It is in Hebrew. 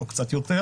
או קצת יותר.